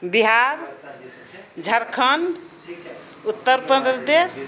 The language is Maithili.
बिहार झारखण्ड उत्तर प्रदेश